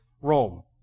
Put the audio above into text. Rome